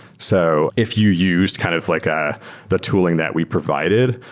so if you used kind of like ah the tooling that we provided,